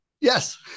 Yes